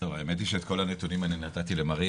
האמת היא שאת כל הנתונים אני נתתי למריה,